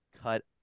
cut